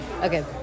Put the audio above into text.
Okay